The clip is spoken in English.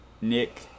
Nick